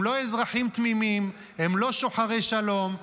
הם לא אזרחים תמימים, הם לא שוחרי שלום.